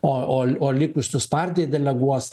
o o o likusius pardija deleguos